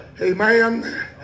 Amen